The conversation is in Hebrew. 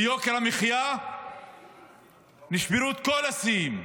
ביוקר המחיה נשברו כל השיאים,